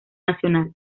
nacional